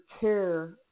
care